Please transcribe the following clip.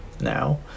now